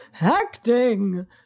acting